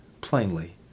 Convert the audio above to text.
plainly